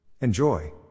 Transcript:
Enjoy